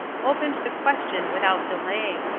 opened the question without delay.